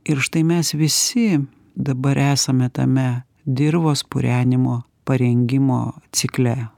ir štai mes visi dabar esame tame dirvos purenimo parengimo cikle